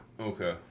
Okay